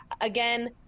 again